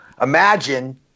imagine